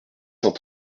cent